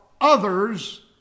Others